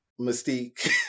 Mystique